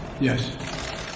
Yes